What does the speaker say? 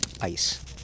ice